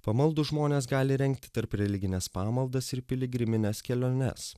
pamaldūs žmonės gali rengti tarp religines pamaldas ir piligrimines keliones